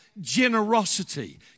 generosity